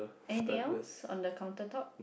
anything else on the counter top